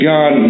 God